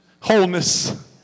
wholeness